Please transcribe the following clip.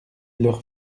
leur